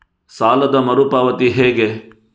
ಸಾಲದ ಮರು ಪಾವತಿ ಹೇಗೆ?